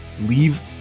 leave